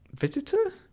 visitor